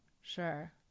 Sure